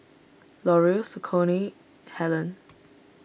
L'Oreal Saucony Helen